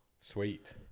Sweet